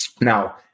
Now